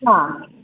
ಹಾಂ